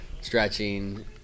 stretching